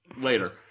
later